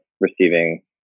receiving